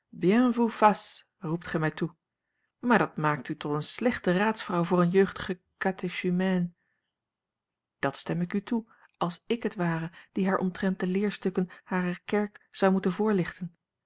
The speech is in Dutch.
roept gij mij toe maar dat maakt u tot eene slechte raadsvrouw voor eene jeugdige catéchumène dat stem ik u toe als ik het ware die haar omtrent de leerstukken harer kerk zou moeten voorlichten